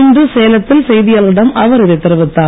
இன்று சேலத்தில் செய்தியாளர்களிடம் அவர் இதைத் தெரிவித்தார்